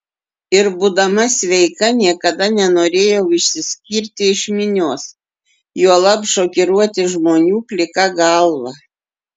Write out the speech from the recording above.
ir būdama sveika niekada nenorėjau išsiskirti iš minios juolab šokiruoti žmonių plika galva